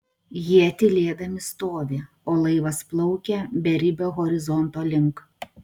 jie tylėdami stovi o laivas plaukia beribio horizonto link